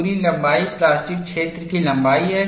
पूरी लंबाई प्लास्टिक क्षेत्र की लंबाई है